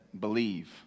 believe